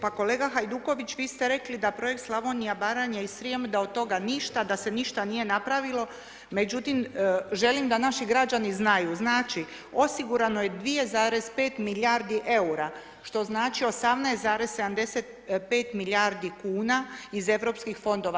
Pa kolega Hajduković vi ste rekli da projekt Slavonija, Baranja i Srijem da od toga ništa, da se ništa nije napravilo, međutim želim da naši građani znaju, znači osigurano je 2,5 milijardi eura, što znači 18,75 milijardi kuna iz europskih fondova.